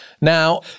Now